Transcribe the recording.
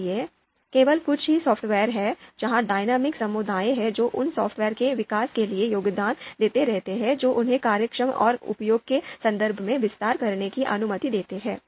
इसलिए केवल कुछ ही सॉफ़्टवेयर हैं जहां डायनेमिक समुदाय हैं जो उन सॉफ़्टवेयर के विकास के लिए योगदान देते रहते हैं जो उन्हें कार्यक्षमता और उपयोग के संदर्भ में विस्तार करने की अनुमति देते हैं